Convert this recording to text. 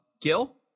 Gil